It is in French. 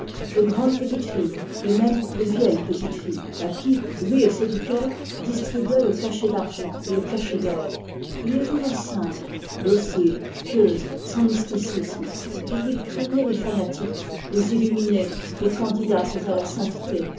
de grandes petites filles et même de vieilles petites filles à qui lui et ses vicaires distribuaient le cachet d'argent et le cachet d'or il les voulait dociles pieuses sans mysticisme car il craignait les candidates à la sainteté